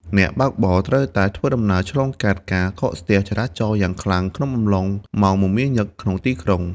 អ្នកបើកបរត្រូវតែធ្វើដំណើរឆ្លងកាត់ការកកស្ទះចរាចរណ៍យ៉ាងខ្លាំងក្នុងអំឡុងម៉ោងមមាញឹកក្នុងទីក្រុង។